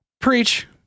preach